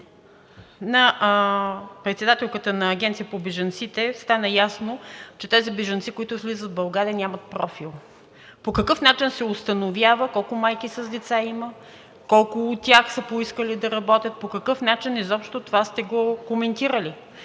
на председателката на Агенцията по бежанците стана ясно, че тези бежанци, които влизат в България, нямат профил. По какъв начин се установява колко майки с деца има? Колко от тях са поискали да работят? По какъв начин изобщо това сте го коментирали?